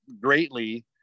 greatly